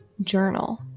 journal